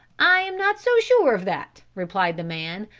i am not so sure of that, replied the man,